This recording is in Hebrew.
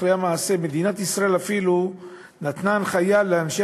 אחרי המעשה מדינת ישראל אפילו נתנה הנחיה לאנשי